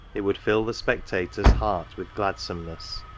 it would fill the spectator's heart with gladsomeness.